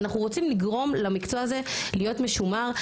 אנחנו רוצים לגרום למקצוע הזה להיות משומר,